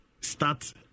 start